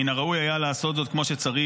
מן הראוי היה לעשות זאת כמו שצריך